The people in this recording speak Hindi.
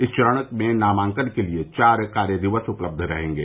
इस चरण में नामांकन के लिए चार कार्य दिवस उपलब्ध रहेंगे